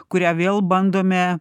kurią vėl bandome